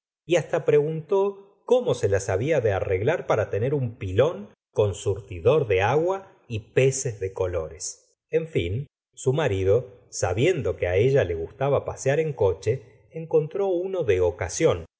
y hasta preguntó como se las había de arreglar para tener un pilón con surtidor de agua y peces de colores en fin su marido sabiendo que ella le gustaba pasear en coche encontró uno de ocasión